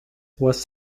was